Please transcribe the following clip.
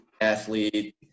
athlete